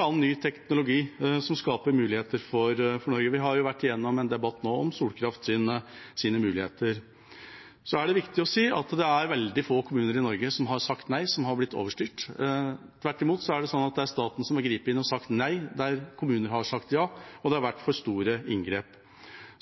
annen ny teknologi som skaper muligheter for Norge. Vi har tidligere i dag hatt en debatt om solkraftens muligheter. Det er viktig å si at det er veldig få av kommunene i Norge som har sagt nei, som har blitt overstyrt. Tvert imot er det staten som har grepet inn og sagt nei der kommuner har sagt ja, og der det har vært for store inngrep.